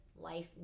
life